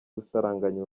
gusaranganya